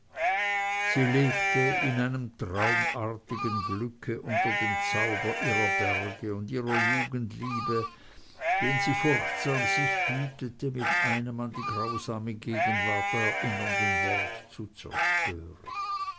sie lebte in einem traumartigen glücke unter dem zauber ihrer berge und ihrer jugendliebe den sie furchtsam sich hütete mit einem an die grausame gegenwart erinnernden worte zu zerstören